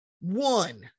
one